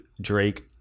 Drake